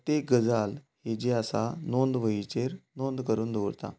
एक गजाल ही जी आसा नोंद वळीचेर नोंद करून दवरता